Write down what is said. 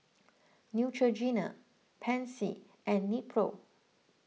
Neutrogena Pansy and Nepro